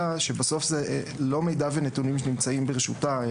שבסוף זה לא מידע ונתונים שנמצאים ברשותה,